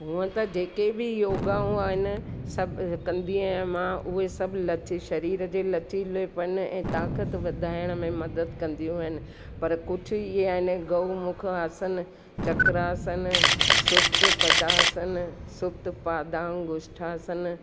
हूअं त जेके बि योगाऊं आहिनि सभु कंदी आयां मां उए सब लचे शरीर जे लचीलेपन ऐं ताक़त वधाइण में मदद कंदियूं आहिनि पर कुझु ईअं आहिनि गऊमुख आसन चक्रासन सुप्त पदासन सुप्त पादांग गुश्ठासन